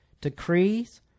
Decrees